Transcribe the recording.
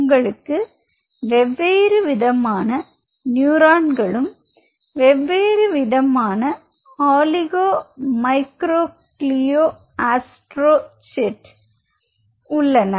உங்களுக்கு வெவ்வேறுவிதமான நியூரான்ளும் வெவ்வேறுவிதமான ஒலிகோ மைக்ரோக்ளியா ஆஸ்ட்ரோ சிட் உள்ளன